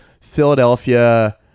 Philadelphia